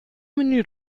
menü